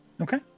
Okay